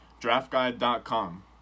draftguide.com